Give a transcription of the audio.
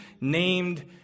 named